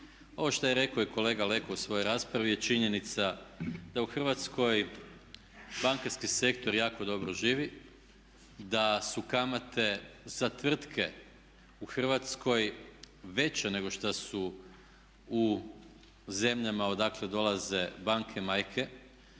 Ovo što je rekao i kolega Leko u svojoj raspravi je činjenica da u Hrvatskoj bankarski sektor jako dobro živi, da su kamate za tvrtke u Hrvatskoj veće nego šta su u zemljama odakle dolaze banke majke